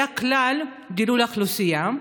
היה כלל דילול האוכלוסייה,